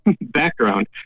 background